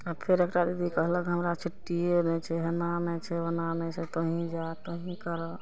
आओर फेर एकटा दीदी कहलक हमरा छुट्टिये नहि छै हेना नहि छै ओना नहि छै तो ही जा तो ही करऽ